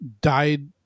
died